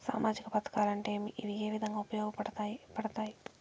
సామాజిక పథకాలు అంటే ఏమి? ఇవి ఏ విధంగా ఉపయోగపడతాయి పడతాయి?